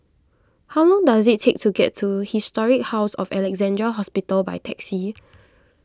how long does it take to get to Historic House of Alexandra Hospital by taxi